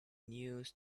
news